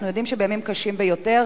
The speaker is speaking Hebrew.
אנחנו יודעים שבימים קשים ביותר